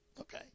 Okay